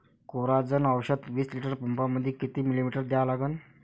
Coragen औषध विस litre पंपामंदी किती मिलीमिटर घ्या लागन?